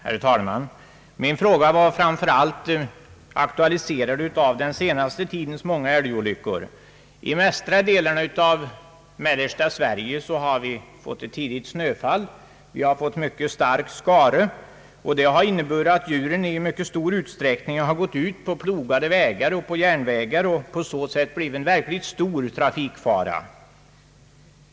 Herr talman! Min fråga var framför allt aktualiserad av den senaste tidens många älgolyckor. I västra delen av mellersta Sverige har vi fått ett tidigt snöfall. Vi har också fått mycket stark skare, och det har inneburit att djuren i mycket stor utsträckning gått ut på plogade vägar och på järnvägar och på så sätt blivit en verkligt stor trafikfara.